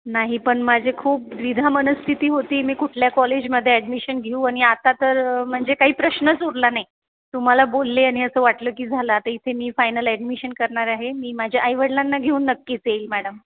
नाही पण माझी खूप द्विधा मनस्थिती होती मी कुठल्या कॉलेजमध्ये ॲडमिशन घेऊ आणि आता तर म्हणजे काही प्रश्नच उरला नाही तुम्हाला बोलले आणि असं वाटलं की झालं आता इथे मी फायनल ॲडमिशन करणार आहे मी माझ्या आई वडिलांना घेऊन नक्कीच येईल मॅडम